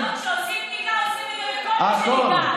לא, כשעושים בדיקה, עושים את זה לגבי כל מי שניגש.